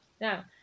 Now